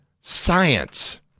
science